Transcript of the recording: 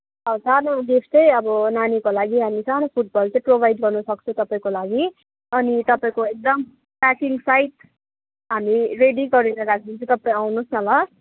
सानो गिफ्ट चाहिँ अब नानीको लागि अनि सानो फुटबल चाहिँ प्रोभाइड गर्न सक्छु तपाईँको लागि अनि तपाईँको एकदम प्याकिङसहित हामी रेडी गरेर राखिदिन्छौँ तपाईँ आउनुहोस् न ल